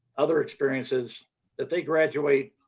other experiences that they graduate,